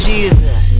Jesus